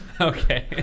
Okay